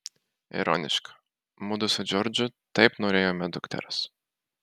ironiška mudu su džordžu taip norėjome dukters